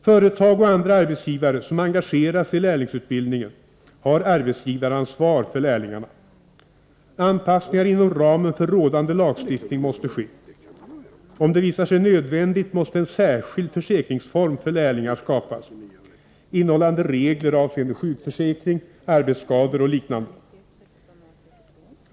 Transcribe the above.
Företag och andra arbetsgivare som engageras i lärlingsutbildning har arabetsgivaransvar för lärlingarna. Anpassningar inom ramen för rådande lagstiftning måste ske. Om det visar sig nödvändigt måste en särskild försäkringsform för lärlingar skapas, innehållande regler avseende sjukförsäkring, arbetsskador och liknande.